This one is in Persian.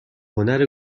هنر